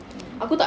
mmhmm